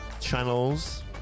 channels